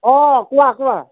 অঁ কোৱা কোৱা